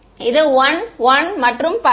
மாணவர் இது 1 1 மற்றும் பல